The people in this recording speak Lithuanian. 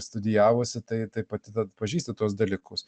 studijavusi tai tai pati atpažįsti tuos dalykus